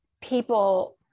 people